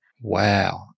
Wow